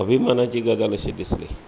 अभिमानाची गजाल अशी दिसली